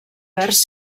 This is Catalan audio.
verds